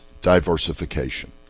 diversification